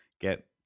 get